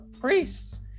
priests